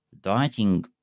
Dieting